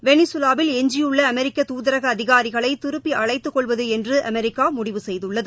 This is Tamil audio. வெளிசுவாவில் எஞ்சியுள்ள அமெரிக்க துதரக அதிகாரிகளை திருப்பி அழைத்துக்கொள்வது என்று அமெரிக்கா முடிவு செய்துள்ளது